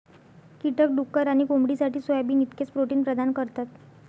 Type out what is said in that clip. कीटक डुक्कर आणि कोंबडीसाठी सोयाबीन इतकेच प्रोटीन प्रदान करतात